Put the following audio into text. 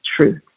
truth